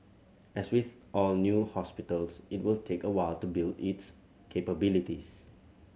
as with all new hospitals it will take a while to build its capabilities